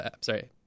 sorry